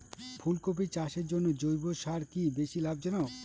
ফুলকপি চাষের জন্য জৈব সার কি বেশী লাভজনক?